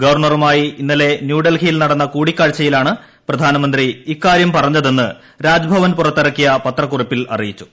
ഗവർണറുമായി ഇന്നലെ ന്യൂഡൽഹിയിൽ നടന്ന കൂടി ക്കാഴ്ചയിലാണ് പ്രധാനമന്ത്രി ഇക്കാര്യം പറഞ്ഞതെന്ന് രാജ്ഭവൻ പുറ ത്തിറക്കിയ പത്രക്കുറിപ്പിൽ അറിയിച്ചു